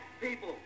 people